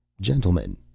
Gentlemen